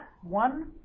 one